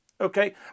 Okay